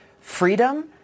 freedom